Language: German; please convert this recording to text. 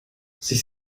sich